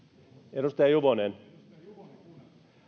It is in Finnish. edustaja juvonen